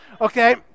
Okay